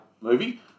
movie